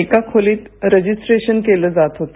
एक खोलीत रजिस्ट्रेशन केल जात होत